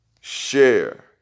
share